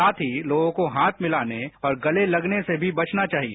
साथ ही लोगों से हाथ मिलाने और गले गलने से भी बचना चाहिए